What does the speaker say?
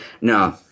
no